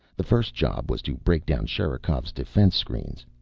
the first job was to break down sherikov's defense screens.